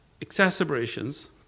exacerbations